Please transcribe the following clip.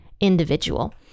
individual